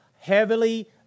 Heavily